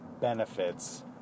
benefits